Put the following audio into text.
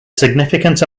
significant